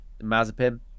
Mazepin